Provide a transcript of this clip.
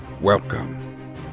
Welcome